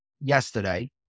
yesterday